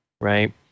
right